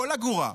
כל אגורה,